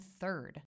third